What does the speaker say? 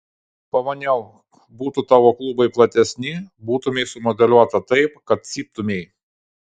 pamaniau būtų tavo klubai platesni būtumei sumodeliuota taip kad cyptumei